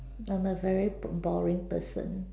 I'm a very bom boring person